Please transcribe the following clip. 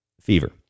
fever